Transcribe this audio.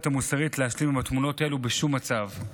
המוסרית להשלים עם התמונות האלה בשום מצב.